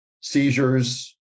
seizures